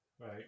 Right